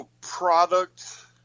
product